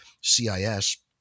CIS